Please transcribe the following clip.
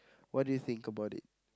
what do you think about it